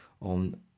on